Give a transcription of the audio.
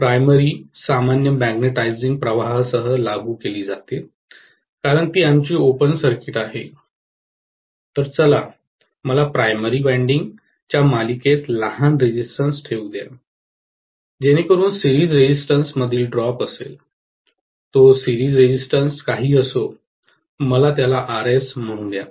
primary सामान्य magnetising प्रवाहासह लागू केली जाते कारण ती आमची ओपन सर्किट आहे तर चला मला प्राइमरी वायंडिंग च्या मालिकेत लहान रेजिस्टन्सं ठेवू द्या जेणेकरून सिरीज रेजिस्टन्सं मधील ड्रॉप असेल तो सिरीज रेजिस्टन्सं काहीही असो मला त्याला RS म्हणू द्या